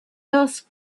asked